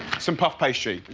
some puff pastry.